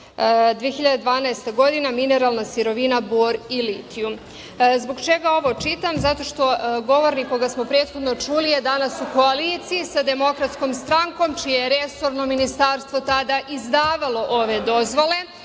2012. godina, mineralna sirovina bor i litijum. Zbog čega ovo čitam? Zato što govornik koga smo prethodno čuli je danas u koaliciji sa Demokratskom strankom, čije je resorno ministarstvo tada izdavalo ove dozvole.